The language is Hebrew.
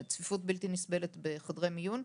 של צפיפות בלתי נסבלת בחדרי מיון.